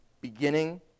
beginning